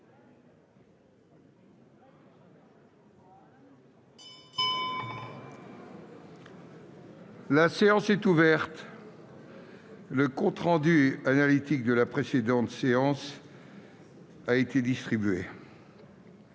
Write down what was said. La séance est ouverte. Le compte rendu analytique de la précédente séance a été distribué.